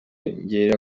ngegera